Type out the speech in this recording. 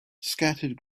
scattered